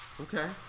Okay